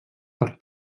per